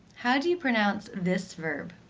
how do you pronounce this verb?